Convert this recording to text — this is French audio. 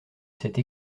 cette